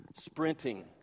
sprinting